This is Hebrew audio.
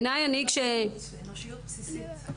אנושיות בסיסית.